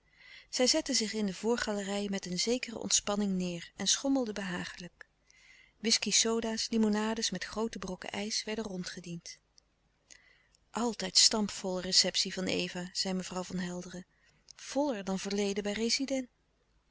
zij zetten zich in de voorgalerij met een zekere ontspanning neêr en schommelden behagelijk whiskey sodas limonades met groote brokken ijs werden rondgediend altijd stampvol receptie van eva zei mevrouw van helderen voller dan verleden bij